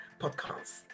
podcast